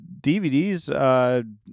DVDs